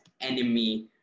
enemy